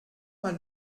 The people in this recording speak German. mal